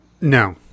no